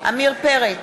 פרץ,